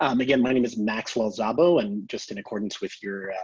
um again, my name is maxwell sabo and just in accordance with your,